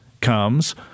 comes